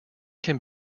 can